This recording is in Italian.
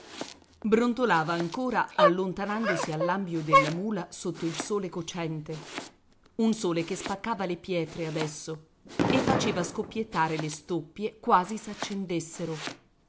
brontolava ancora allontanandosi all'ambio della mula sotto il sole cocente un sole che spaccava le pietre adesso e faceva scoppiettare le stoppie quasi s'accendessero